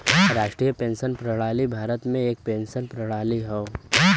राष्ट्रीय पेंशन प्रणाली भारत में एक पेंशन प्रणाली हौ